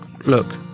look